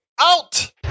out